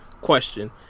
question